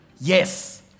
Yes